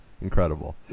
Incredible